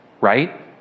right